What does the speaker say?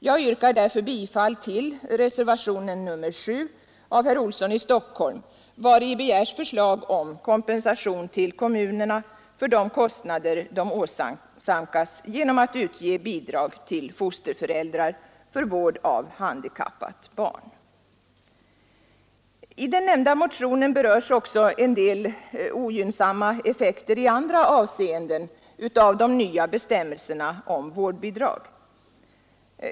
Jag yrkar därför bifall till reservationen 7 av herr Olsson i Stockholm, vari begärs förslag om kompensation till kommunerna för de kostnader de åsamkas genom att utge bidrag till fosterföräldrar för vård av handikappat barn. I den nämnda motionen berörs också en del ogynnsamma effekter i andra avseenden av de nya bestämmelserna om vårdbidrag.